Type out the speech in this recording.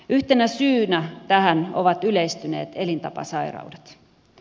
yhtenä syynä tähän ovat yleistyneet elintapasairaudet